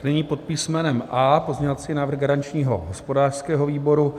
Nyní pod písmenem A pozměňovací návrh garančního hospodářského výboru.